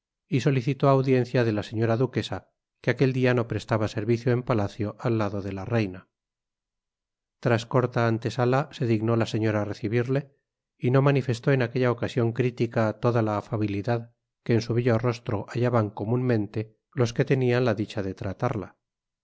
y solicitó audiencia de la señora duquesa que aquel día no prestaba servicio en palacio al lado de la reina tras corta antesala se dignó la señora recibirle y no manifestó en aquella ocasión crítica toda la afabilidad que en su bello rostro hallaban comúnmente los que tenían la dicha de tratarla